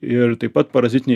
ir taip pat parazitiniai